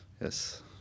Yes